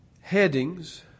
headings